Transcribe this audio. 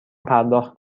پرداخت